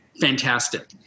fantastic